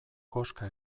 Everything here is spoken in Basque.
koska